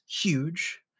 huge